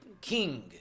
king